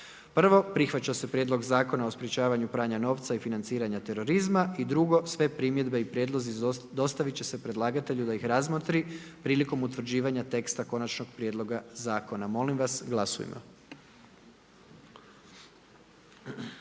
Prihvaća se Prijedlog Zakona o sigurnosnoj zaštiti pomorskih brodova i luka i sve primjedbe i prijedlozi dostaviti će se predlagatelju da ih razmotri prilikom utvrđivanja teksta konačnog prijedloga zakona. Molim uključite